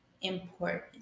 important